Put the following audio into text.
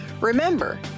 Remember